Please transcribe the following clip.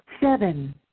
seven